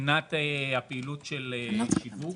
מבחינת פעילות השיווק,